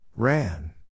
Ran